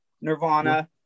Nirvana